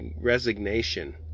resignation